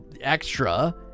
extra